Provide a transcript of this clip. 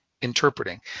interpreting